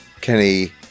Kenny